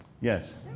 Yes